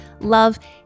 love